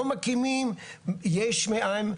לא מקימים יש מאין,